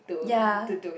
ya